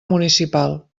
municipal